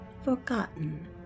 Forgotten